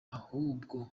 ahubwo